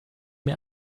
mir